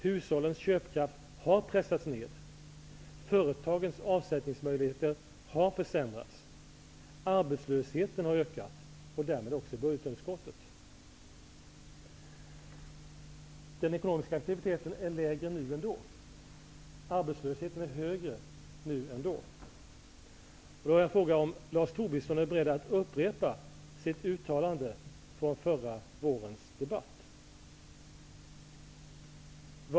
Hushållens köpkraft har pressats ned. Företagens avsättningsmöjligheter har försämrats. Arbetslösheten har ökat, och därmed också budgetunderskottet. Den ekonomiska aktiviteten är lägre nu än då. Arbetslösheten är högre nu än då. Är Lars Tobisson beredd att upprepa sitt uttalande från förra vårens debatt?